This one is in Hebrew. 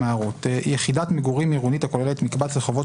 הערות: יחידת מגורים עירונית הכוללת מקבץ רחובות